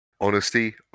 Honesty